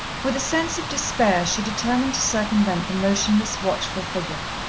with a sense of despair she determined to circumvent the motionless, watchful figure.